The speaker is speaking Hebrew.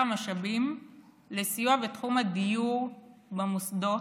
המשאבים בסיוע בתחום הדיור במוסדות,